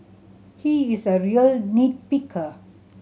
he is a real nit picker